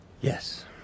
Yes